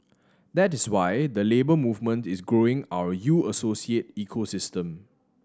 that is why the Labour Movement is growing our U Associate ecosystem